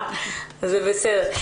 זה בסדר.